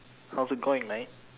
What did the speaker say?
how's it going mate